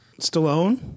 Stallone